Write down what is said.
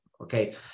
okay